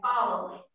following